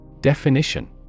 Definition